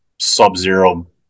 sub-zero